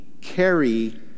carry